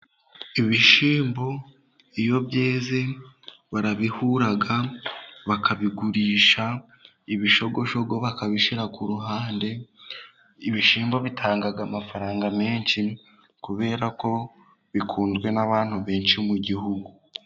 Ibishyimbo iyo byeze barabihura bakabigurisha, ibishogoshogo bakabishyira ku ruhande, ibishyimbo bitanga amafaranga menshi, kubera ko bikunzwe n'abantu benshi mu gihugu.